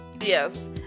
yes